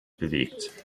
bewegt